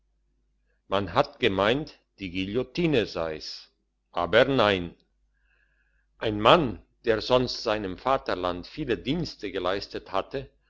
man hat gemeint die guillotine sei's aber nein ein mann der sonst seinem vaterland viele dienste geleistet hatte